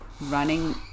running